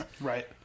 Right